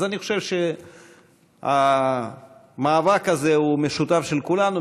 אז אני חושב שהמאבק הזה הוא מאבק משותף של כולנו.